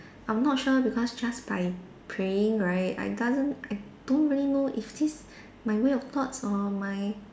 I'm not sure because just by praying right I doesn't I don't really know if this my way of thoughts or my